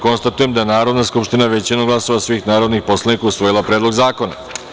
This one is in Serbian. Konstatujem da je Narodna skupština, većinom glasova svih narodnih poslanika, usvojila Predlog zakona.